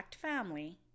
family